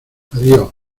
adiós